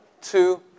two